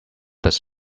does